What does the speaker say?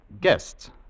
guests